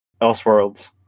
Elseworlds